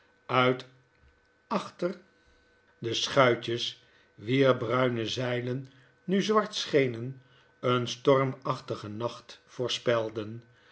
nit achter de schuitjes wier bruine zeilen nu zwart schenen een stormachtigen nacht voorspelden